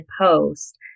post